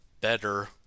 better